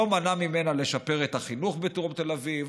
לא מנע ממנה לשפר את החינוך בדרום תל אביב,